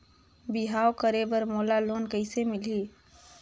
बिहाव करे बर मोला लोन कइसे मिलही?